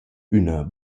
üna